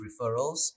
referrals